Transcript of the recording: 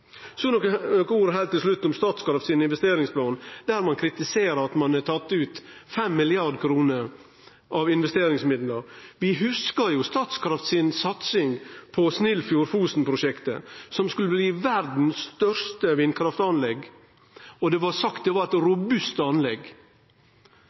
Så nokre ord heilt til slutt om Statkraft sin investeringsplan, og ein kritiserer at dei har tatt ut 5 mrd. kr av investeringsmidlane. Vi hugsar jo Statkraft si satsing på Snillfjord–Fosen-prosjektet, som skulle bli verdas største vindkraftanlegg, og det var sagt at det var eit